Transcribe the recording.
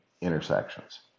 intersections